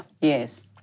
Yes